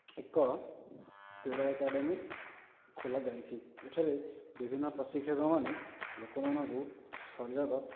ଏକ କ୍ରୀଡ଼ା ଏକାଡ଼େମୀ ଖୋଲାଯାଇଛି ଏଠାରେ ବିଭିନ୍ନ ପ୍ରଶିକ୍ଷକମାନେ ଲୋକମାନଙ୍କୁ ଶରୀରର